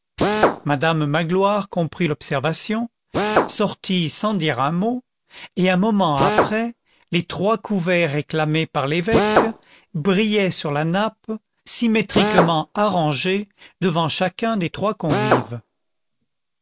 madame magloire comprit l'observation sortit sans dire un mot et un moment après les trois couverts réclamés par l'évêque brillaient sur la nappe symétriquement arrangés devant chacun des trois convives